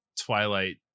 Twilight